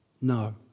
No